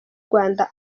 rwanda